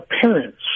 parents